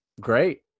great